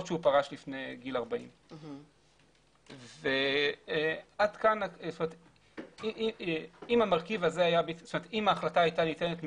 שפרש לפני גיל 40. אם ההחלטה היתה ניתנת מראש,